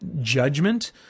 judgment